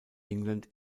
england